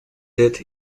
death